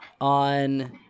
on